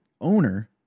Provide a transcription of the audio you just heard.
owner